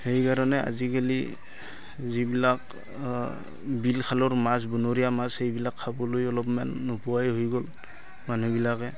সেইকাৰণে আজিকালি যিবিলাক বিল খালৰ মাছ বনৰীয়া মাছ সেইবিলাক খাবলৈ অলপমান নোপোৱাই হৈ গ'ল মানুহবিলাকে